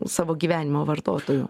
savo gyvenimo vartotoju